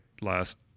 last